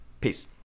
Peace